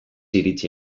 iritzi